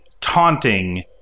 taunting